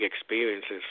experiences